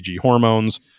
hormones